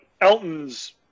Elton's